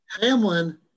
Hamlin